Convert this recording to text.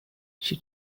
she